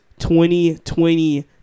2020